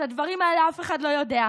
את הדברים האלה אף אחד לא יודע,